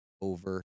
over